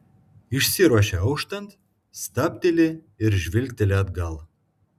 išsiruošia auštant stabteli ir žvilgteli atgal